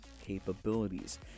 capabilities